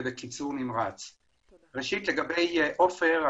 ראשית לגבי עופר,